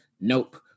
Nope